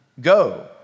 Go